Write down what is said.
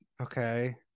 Okay